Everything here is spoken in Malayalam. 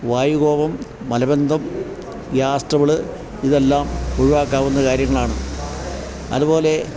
വായുകോപം മലബന്ധം ഗ്യാസ് ട്രബിള് ഇതെല്ലാം ഒഴിവാക്കാവുന്ന കാര്യങ്ങളാണ് അതുപോലെ